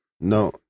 No